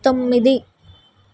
తొమ్మిది